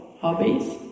hobbies